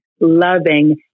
loving